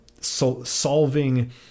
solving